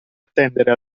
attendere